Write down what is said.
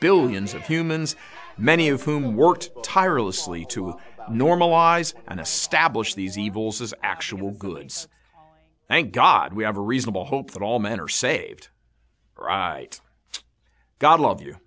billions of humans many of whom worked tirelessly to normalize and a stablish these evils as actual goods thank god we have a reasonable hope that all men are saved god love you